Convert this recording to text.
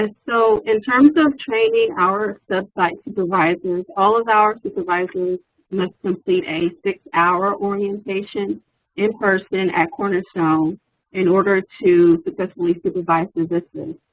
and so in terms of training our sub-site supervisors, all of our supervisors must complete a six-hour orientation in person at cornerstone in order to successfully supervise the vistas.